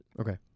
Okay